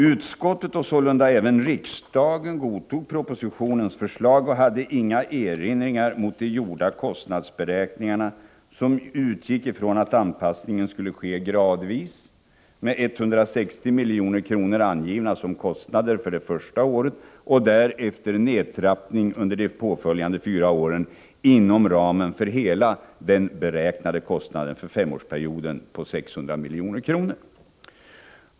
Utskottet och sålunda även riksdagen godtog propositionens förslag och hade inga erinringar mot de gjorda kostnadsberäkningarna, som utgick från att anpassningen skulle ske gradvis, med 160 milj.kr. angivna som kostnader för det första året och därefter en nedtrappning under de påföljande fyra åren inom ramen för hela den beräknade kostnaden för femårsperioden på 600 milj.kr.